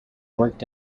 worked